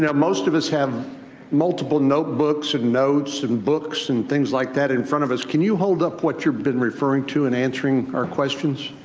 most of us have multiple notebooks and notes and books and things like that in front of us. can you hold up what you've been referring to in answering our questions.